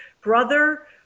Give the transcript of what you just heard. brother